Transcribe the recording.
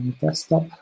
desktop